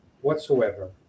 whatsoever